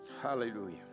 Hallelujah